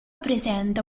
presenta